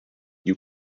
you